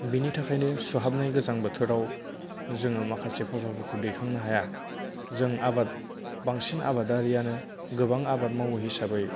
बिनि थाखायनो सुहाबनाय गोजां बोथोराव जोङो माखासे फसलफोरखौ दैखांनो हाया जों आबाद बांसिन आबादारियानो गोबां आबाद मावो हिसाबै